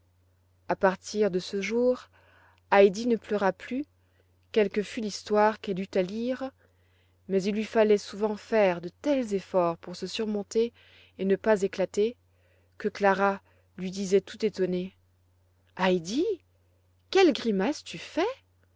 a partir de ce jour heidi ne pleura plus quelle que fut l'histoire qu'elle eût à lire mais il lui fallait souvent faire de tels efforts pour se surmonter et ne pas éclater que clara lui disait tout étonnée heidi quelles grimaces tu fais